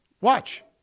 watch